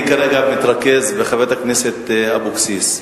אני כרגע מתרכז בחברת הכנסת אבקסיס,